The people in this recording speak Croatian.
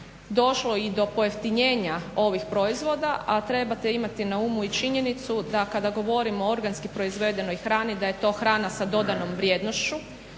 došlo i do pojeftinjenja ovih proizvoda. A trebate imati na umu i činjenicu da kada govorimo o organski proizvedenoj hrani da je to hrana sa dodanom vrijednošću